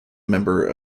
member